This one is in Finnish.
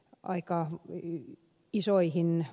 aikaa niihin kisoihin